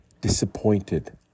disappointed